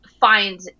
find